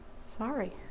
sorry